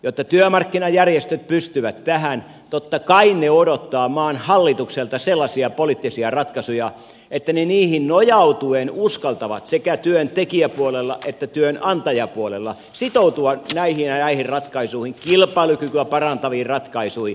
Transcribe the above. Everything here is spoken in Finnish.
jotta työmarkkinajärjestöt pystyvät tähän totta kai ne odottavat maan hallitukselta sellaisia poliittisia ratkaisuja että ne niihin nojautuen uskaltavat sekä työntekijäpuolella että työnantajapuolella sitoutua näihin ja näihin ratkaisuihin kilpailukykyä parantaviin ratkaisuihin